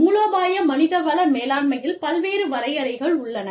மூலோபாய மனித வள மேலாண்மையில் பல்வேறு வரையறைகள் உள்ளன